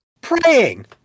Praying